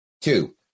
Two